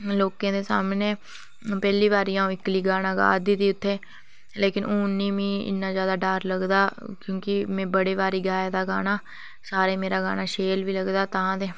लोकें दे सामनै पैह्ली बारी अ'ऊं इक्कली गाना गा दी ते उत्थै लेकिन हून नेईं मिं इन्ना ज्यादा डर लगदा क्योंकि में बड़ी बारी गाए दा गाना सारें गी मेरा गाना शैल बी लगदा तां ते